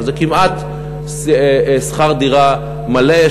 זה כמעט שכר דירה מלא.